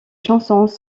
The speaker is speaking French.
chansons